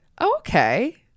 Okay